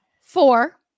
Four